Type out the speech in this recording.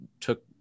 took